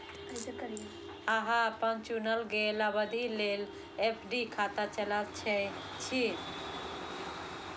अहां अपन चुनल गेल अवधि लेल एफ.डी खाता चला सकै छी